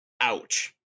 Ouch